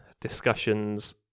discussions